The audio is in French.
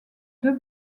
deux